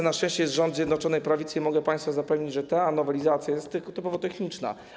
Na szczęście jest rząd Zjednoczonej Prawicy i mogę państwa zapewnić, że ta nowelizacja jest typowo techniczna.